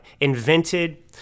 invented